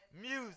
music